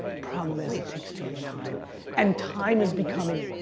problem is it takes too much time and time is becoming,